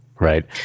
Right